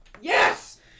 Yes